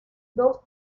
dos